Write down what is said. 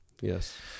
Yes